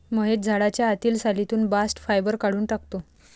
महेश झाडाच्या आतील सालीतून बास्ट फायबर काढून टाकतो